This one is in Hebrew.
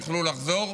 יוכלו לחזור.